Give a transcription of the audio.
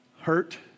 Hurt